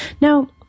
Now